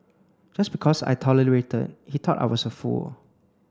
just because I tolerated he thought I was a fool